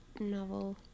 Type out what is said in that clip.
novel